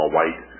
White